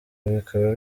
bikaba